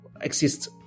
exists